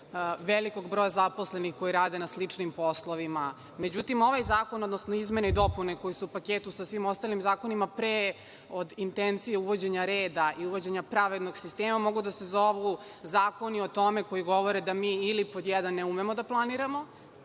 velikog broja zaposlenih koji rade na sličnim poslovima. Međutim, ovaj zakon, odnosno izmene i dopune koje su u paketu sa svim ostalim zakonima, pre od intencije uvođenja reda i uvođenja pravednog sistema, mogu da se zovu zakoni o tome koji govore da mi ili, pod jedan, ne umemo da planiramo,